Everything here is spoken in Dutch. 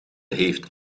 heeft